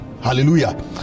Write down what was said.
Hallelujah